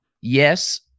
yes